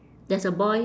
there's a boy